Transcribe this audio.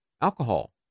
alcohol